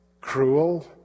cruel